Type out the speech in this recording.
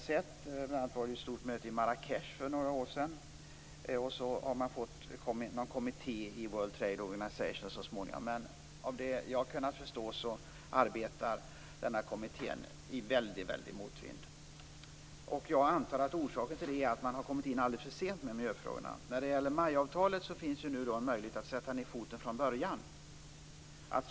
Bl.a. var det ett stort möte i Marrakech för några år sedan, och senare tillsattes det en kommitté inom World Trade Organization. Såvitt jag har kunnat förstå arbetar denna kommitté i väldig motvind. Jag antar att orsaken till det är att man har kommit i alldeles för sent med miljöfrågorna. Beträffande MAI-avtalet finns nu en möjlighet att sätta ned foten från början.